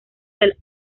del